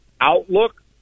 outlook